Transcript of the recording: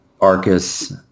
Arcus